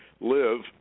live